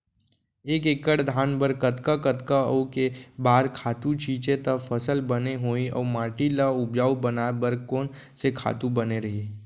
एक एक्कड़ धान बर कतका कतका अऊ के बार खातू छिंचे त फसल बने होही अऊ माटी ल उपजाऊ बनाए बर कोन से खातू बने रही?